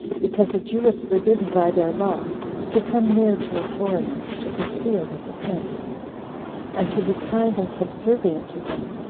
because a jew is forbidden by their law to come near to a foreigner, to conceal his offense and to be kind and subservient to him,